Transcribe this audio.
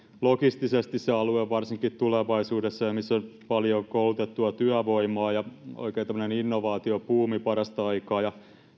logistisesti varsinkin tulevaisuudessa ja missä on paljon koulutettua työvoimaa ja oikein tämmöinen innovaatiobuumi parasta aikaa ja